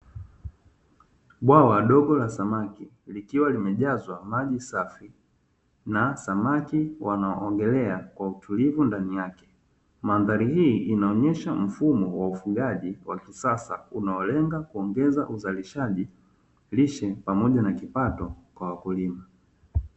Bwawa dogo la samaki likiwa limejazwa maji safi na samaki wanaogelea kwa utulivu ndani yake. Mandhari hii inaonyesha mfumo wa ufugaji wa kisasa unaolenga kuongeza uzalishaji, lishe, pamoja na kipato kwa wakulima.